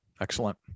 Excellent